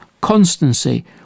constancy